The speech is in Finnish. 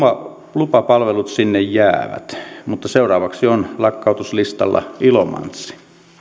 lupapalvelut sinne jäävät mutta seuraavaksi on lakkautuslistalla ilomantsi